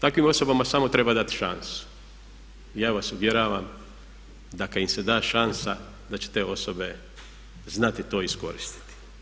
Takvim osobama samo treba dati šansu i ja vas uvjeravam da kad im se da šansa da će te osobe znati to iskoristiti.